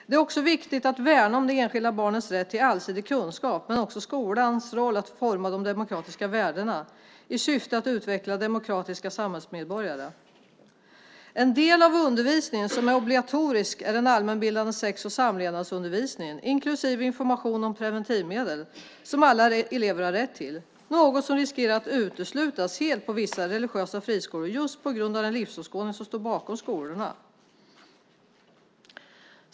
Det är viktigt att värna om det enskilda barnets rätt till allsidig kunskap men också om skolans roll att forma de demokratiska värdena i syfte att utveckla demokratiska samhällsmedborgare. En del av den undervisning som är obligatorisk är den allmänbildande sex och samlevnadsundervisningen, inklusive information om preventivmedel, som alla elever har rätt till. Det är något som riskerar att uteslutas helt på vissa religiösa friskolor just på grund av den livsåskådning som står bakom skolorna.